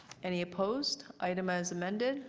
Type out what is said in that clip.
any opposed? item as amended.